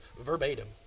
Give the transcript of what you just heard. verbatim